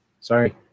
Sorry